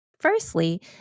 Firstly